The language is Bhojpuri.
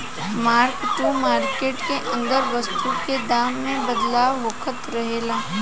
मार्क टू मार्केट के अंदर वस्तु के दाम में बदलाव होखत रहेला